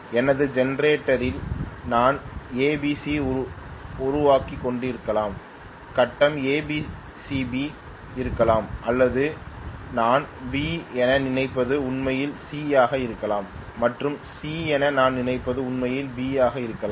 எனது ஜெனரேட்டரில் நான் ஏபிசியை உருவாக்கிக்கொண்டிருக்கலாம் கட்டம் ஏசிபியில் இருக்கலாம் அல்லது நான் பி என நினைப்பது உண்மையில் சி ஆக இருக்கலாம் மற்றும் சி என நான் நினைப்பது உண்மையில் பி ஆக இருக்கலாம்